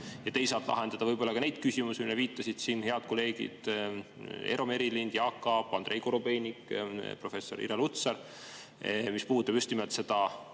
ja teisalt lahendab see võib-olla ka neid küsimusi, millele viitasid siin head kolleegid Eero Merilind, Jaak Aab, Andrei Korobeinik ja professor Irja Lutsar. See puudutab just nimelt seda